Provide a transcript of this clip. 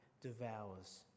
devours